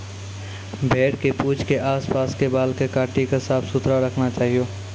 भेड़ के पूंछ के आस पास के बाल कॅ काटी क साफ सुथरा रखना चाहियो